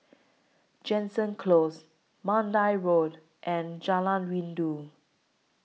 Jansen Close Mandai Road and Jalan Rindu